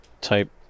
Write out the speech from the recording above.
type